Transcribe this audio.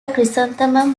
chrysanthemum